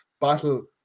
battle